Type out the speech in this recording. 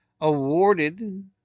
awarded